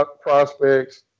prospects